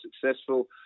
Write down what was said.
successful